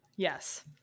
Yes